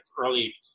early